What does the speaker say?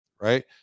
right